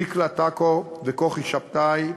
דקלה טקו וכוכי שבתאי,